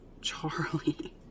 Charlie